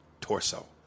torso